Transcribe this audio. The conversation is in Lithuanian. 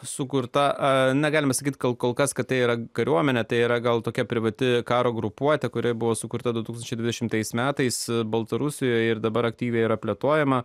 sukurta negalima sakyti kad kol kas kad tai yra kariuomenę tai yra gal tokia privati karo grupuotė kuri buvo sukurta du tūkstančiai dvidešimtais metais baltarusijoje ir dabar aktyviai yra plėtojama